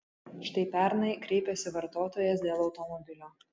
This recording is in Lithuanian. štai pernai kreipėsi vartotojas dėl automobilio